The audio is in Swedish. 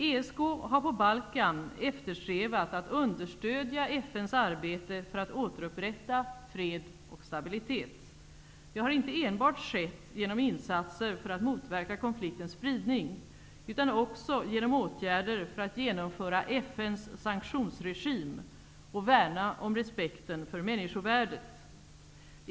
ESK har på Balkan eftersträvat att understödja FN:s arbete för att återupprätta fred och stabilitet. Det har inte enbart skett genom insatser för att motverka konfliktens spridning utan också genom åtgärder för att genomföra FN:s sanktionsregim och värna om respekten för människovärdet.